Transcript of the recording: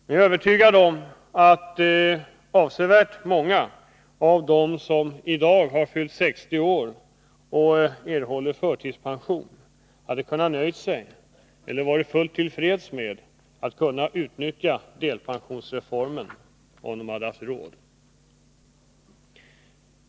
Jag är övertygad om att många av dem som i dag har fyllt 60 år och erhåller förtidspension hade varit fullt till freds med att utnyttja delpensionsreformen, om de hade haft råd.